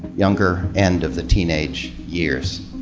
younger end of the teenage years.